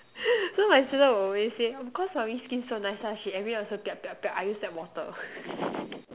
so my sister will always say of cause mommy's skin so nice lah she everyday also I use tap water